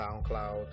SoundCloud